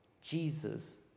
Jesus